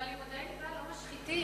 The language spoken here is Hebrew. אבל לימודי ליבה לא משחיתים.